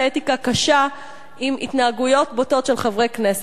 האתיקה קשה עם התנהגויות בוטות של חברי כנסת.